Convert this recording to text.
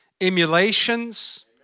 emulations